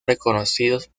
reconocidos